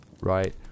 Right